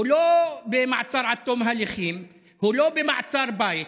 הוא לא במעצר עד תום ההליכים, הוא לא במעצר בית.